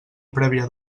prèvia